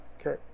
Okay